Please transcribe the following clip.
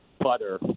butter